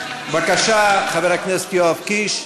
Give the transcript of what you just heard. בבקשה, חבר הכנסת יואב קיש.